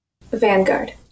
Vanguard